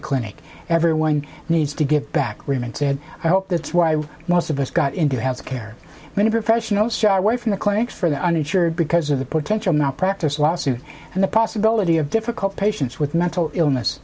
a clinic everyone needs to give back room and said i hope that's why most of us got into health care many professionals shy away from the clinics for the uninsured because of the potential not practice lawsuits and the possibility of difficult patients with mental illness